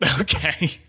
Okay